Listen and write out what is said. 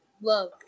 love